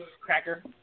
Cracker